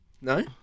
No